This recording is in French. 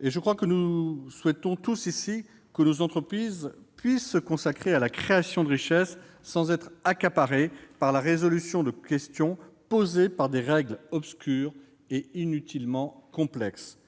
en discussion. Nous souhaitons tous ici que nos entreprises puissent se consacrer à la création de richesse sans être accaparées par la résolution de questions posées par des règles obscures et inutilement complexes.